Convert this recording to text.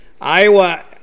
Iowa